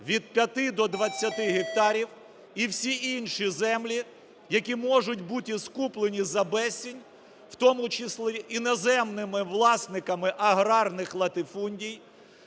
від 5 до 20 гектарів і всі інші землі, які можуть бути скуплені за безцінь, в тому числі іноземними власниками аграрних латифундій,